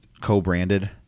Co-branded